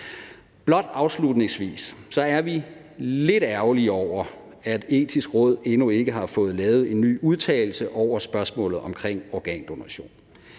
andet. Afslutningsvis er vi lidt ærgerlige over, at Det Etiske Råd endnu ikke har fået lavet en ny udtalelse om spørgsmålet om organdonation.